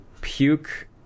puke